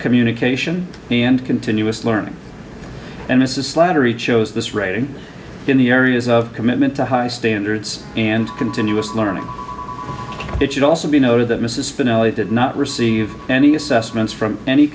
communication and continuous learning and this is slattery chose this writing in the areas of commitment to high standards and continuous learning it should also be noted that mrs finale did not receive any assessments from any